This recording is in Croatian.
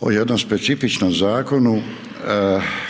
o jednom specifičnom zakonu,